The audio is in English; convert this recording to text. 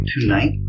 tonight